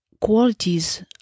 qualities